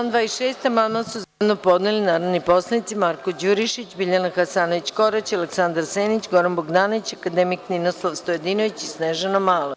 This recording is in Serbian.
Na član 26. amandman su zajedno podneli narodni poslanici Marko Đurišić, Biljana Hasanović Korać, Aleksandar Senić, Goran Bogdanović, akademik Ninoslav Stojadinović i Snežana Malović.